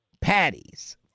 patties